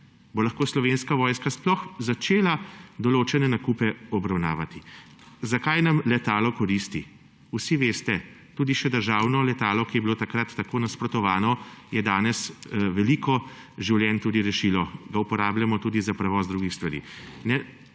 bo lahko Slovenska vojska sploh začela določene nakupe obravnavati. Zakaj nam letalo koristi? Vsi veste, državno letalo, ki se mu je takrat tako nasprotovalo, je do danes rešilo veliko življenj, uporabljamo ga tudi za prevoz drugih stvari.